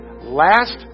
last